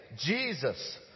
Jesus